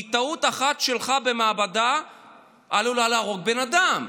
כי טעות אחת שלך במעבדה עלולה להרוג בן אדם.